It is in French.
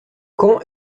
quand